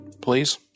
Please